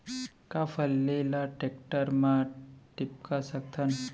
का फल्ली ल टेकटर म टिपका सकथन?